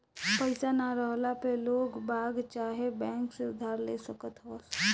पईसा ना रहला पअ लोगबाग चाहे बैंक से उधार ले सकत हवअ